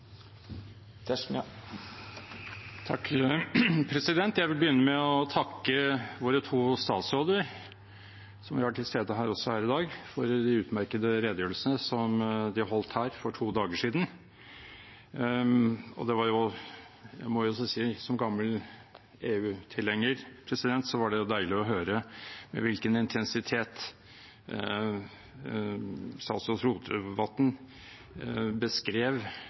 Jeg vil begynne med å takke våre to statsråder, som jo også er til stede her i dag, for de utmerkede redegjørelsene de holdt her for to dager siden. Som gammel EU-tilhenger må jeg også si at det var deilig å høre med hvilken intensitet statsråd Rotevatn beskrev